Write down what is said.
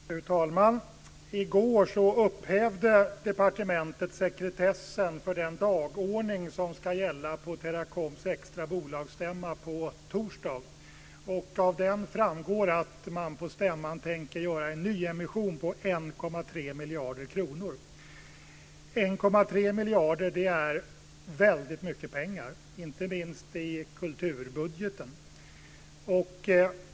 Fru talman! I går upphävde departementet sekretessen för den dagordning som ska gälla på Teracoms extra bolagsstämma på torsdag. Av den framgår att man på stämman tänker göra en nyemission på 1,3 1,3 miljarder kronor är väldigt mycket pengar, inte minst i kulturbudgeten.